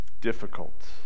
difficult